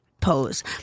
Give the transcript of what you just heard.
pose